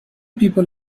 people